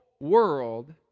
world